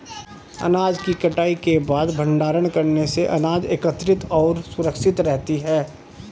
अनाज की कटाई के बाद भंडारण करने से अनाज एकत्रितऔर सुरक्षित रहती है